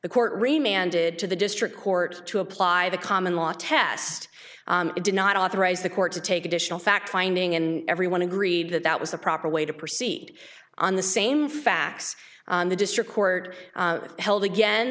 the court re mandated to the district court to apply the common law test it did not authorize the court to take additional fact finding and everyone agreed that that was the proper way to proceed on the same facts the district court held again